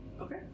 Okay